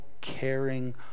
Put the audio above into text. caring